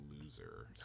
loser